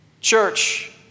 Church